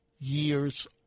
years